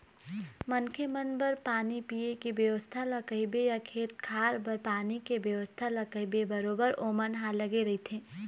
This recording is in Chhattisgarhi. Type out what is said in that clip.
मनखे मन बर पानी पीए के बेवस्था ल कहिबे या खेत खार बर पानी के बेवस्था ल कहिबे बरोबर ओमन ह लगे रहिथे